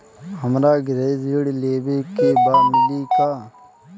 हमरा गृह ऋण लेवे के बा मिली का?